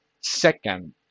Second